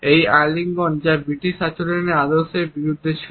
এই আলিঙ্গন যা ব্রিটিশ আচরণের আদর্শের বিরুদ্ধে ছিল